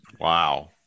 Wow